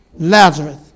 Lazarus